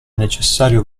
necessario